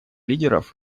лидеров